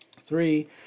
Three